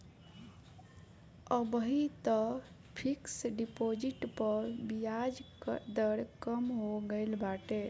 अबही तअ fix deposit पअ बियाज दर कम हो गईल बाटे